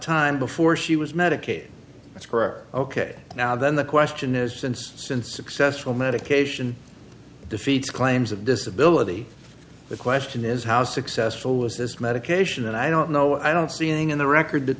time before she was medicated that's correct ok now then the question is since since successful medication defeats claims of disability the question is how successful was this medication and i don't know i don't seeing in the record that